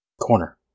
Corner